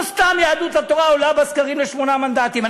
לא סתם יהדות התורה עולה בסקרים לשמונה מנדטים.